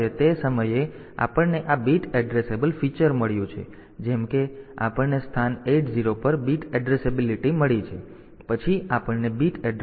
તેથી તે સમયે આપણને આ બીટ એડ્રેસેબલ ફીચર મળ્યું છે જેમ કે આપણને સ્થાન 80 પર બીટ એડ્રેસેબિલિટી મળી છે પછી આપણને બીટ એડ્રેસ મળ્યું છે